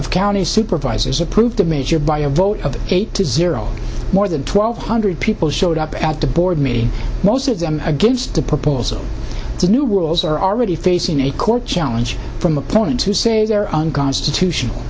of county supervisors approved the measure by a vote of eight to zero more than twelve hundred people showed up at the board meeting most of them against the proposal the new rules are already facing a court challenge from opponents who say they're unconstitutional